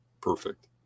Perfect